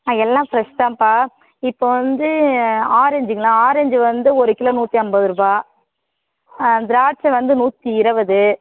ஆ எல்லாம் ஃப்ரெஷ் தான்பா இப்போ வந்து ஆரேஞ்சிங்களா ஆரேஞ்சி வந்து ஒரு கிலோ நூற்றி ஐம்பதுருபா திராட்சை வந்து நூற்றி இருவது